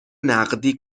نقدی